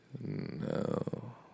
No